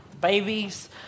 babies